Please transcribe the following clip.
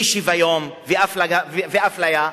מאי-שוויון ומאפליה?